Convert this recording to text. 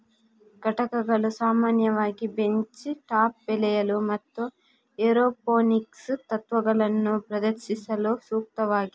ಘಟಕಗಳು ಸಾಮಾನ್ಯವಾಗಿ bench top ಬೆಳೆಯಲು ಮತ್ತು ಏರೋಪೋನಿಕ್ಸ್ ತತ್ವಗಳನ್ನು ಪ್ರದರ್ಶಿಸಲು ಸೂಕ್ತವಾಗಿವೆ